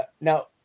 now